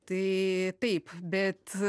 tai taip bet